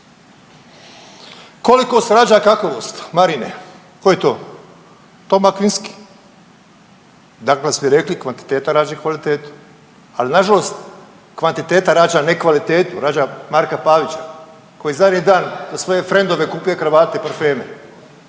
Koliko … /nerazumljivo/… Marine, tko je to? Toma Akvinski. Dakle, rekli bismo kvantiteta rađa kvalitetu, al nažalost kvantiteta rađa ne kvalitetu, rađa Marka Pavića koji zadnji dan za svoje frendove kupuje kravate i parfeme